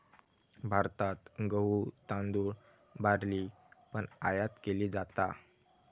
भारतात गहु, तांदुळ, बार्ली पण आयात केली जाता